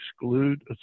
exclude